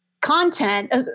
content